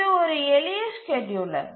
இது ஒரு எளிய ஸ்கேட்யூலர்